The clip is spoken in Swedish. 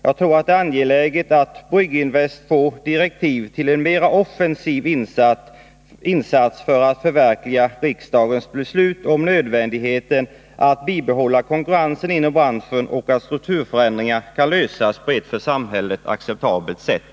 Jag tror det är angeläget att Brygginvest får direktiv till en mer offensiv insats för att förverkliga riksdagens beslut, som innebär att det är nödvändigt att behålla konkurrensen inom branschen och att strukturförändringar bör kunna lösas på ett för samhället acceptabelt sätt.